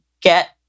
get